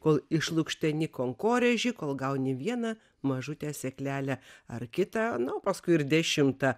kol išlukšteni konkorėžį kol gauni vieną mažutę sėklelę ar kitą na o paskui ir dešimtą